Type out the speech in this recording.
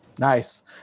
Nice